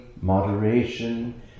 moderation